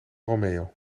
romeo